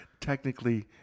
technically